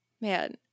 Man